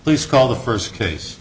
please call the first case